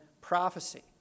prophecy